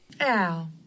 Ow